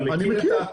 אני מכיר,